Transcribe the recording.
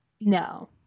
No